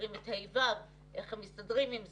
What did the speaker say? מחזירים את ה'-ו', איך הם מסתדרים עם זה?